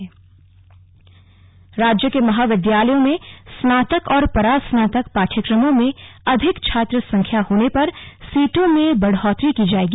उच्च शिक्षा राज्य के महाविद्यालयों में स्नातक और परास्नातक पाठ्यक्रमों में अधिक छात्र संख्या होने पर सीटों में बढ़ोतरी की जाएगी